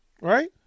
Right